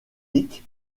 qui